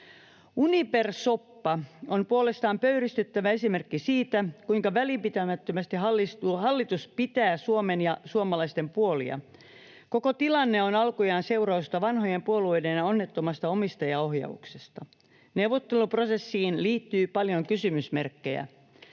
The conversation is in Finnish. Uniper-soppa on puolestaan pöyristyttävä esimerkki siitä, kuinka välinpitämättömästi hallitus pitää Suomen ja suomalaisten puolia. Koko tilanne on alkujaan seurausta vanhojen puolueiden onnettomasta omistajaohjauksesta. Neuvotteluprosessiin liittyy paljon kysymysmerkkejä.